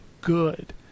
good